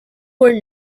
were